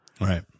Right